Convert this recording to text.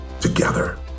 together